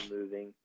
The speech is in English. moving